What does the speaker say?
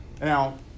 Now